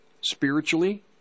Spiritually